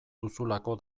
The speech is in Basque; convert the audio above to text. duzulako